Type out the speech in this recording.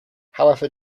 however